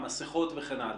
מסכות וכן הלאה